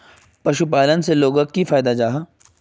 पशुपालन से लोगोक की फायदा जाहा?